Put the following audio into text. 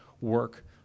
work